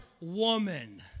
woman